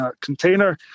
container